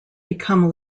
become